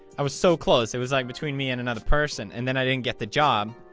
i was so close, it was like between me and another person, and then i didn't get the job,